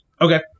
Okay